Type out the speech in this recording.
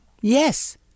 yes